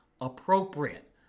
appropriate